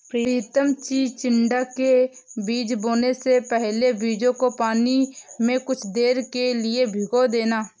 प्रितम चिचिण्डा के बीज बोने से पहले बीजों को पानी में कुछ देर के लिए भिगो देना